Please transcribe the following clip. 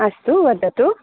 अस्तु वदतु